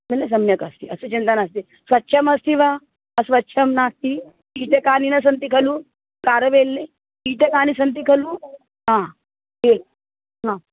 न न सम्यक् अस्ति अस्तु चिन्ता नास्ति स्वच्छम् अस्ति वा अस्वच्छं नास्ति कीटकानि न सन्ति खलु कारवेल्ले कीटकानि सन्ति खलु हा ये हा